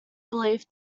belief